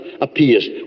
appears